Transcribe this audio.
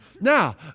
Now